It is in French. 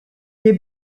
mais